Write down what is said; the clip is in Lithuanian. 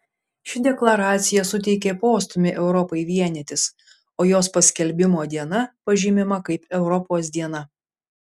ši deklaracija suteikė postūmį europai vienytis o jos paskelbimo diena pažymima kaip europos diena